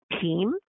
team